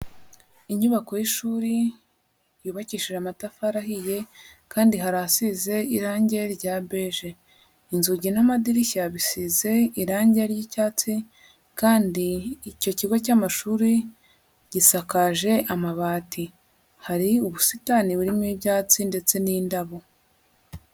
Inyubako y'ishuri yubakishije amatafari ahiye kandi hari ahasize irangi rya beje, inzugi n'amadirishya bisize irangi ry'icyatsi kandi icyo kigo cy'amashuri gisakaje amabati. Hari ubusitani burimo ibyatsi ndetse n'indabo.